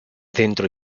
dentro